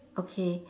okay